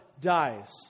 dies